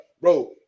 bro